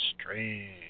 strange